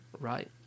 right